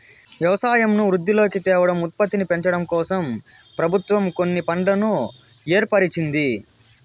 వ్యవసాయంను వృద్ధిలోకి తేవడం, ఉత్పత్తిని పెంచడంకోసం ప్రభుత్వం కొన్ని ఫండ్లను ఏర్పరిచింది